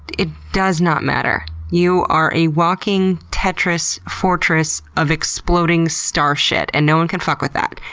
it does not matter. you are a walking tetris fortress of exploding star shit, and no one can fuck with that.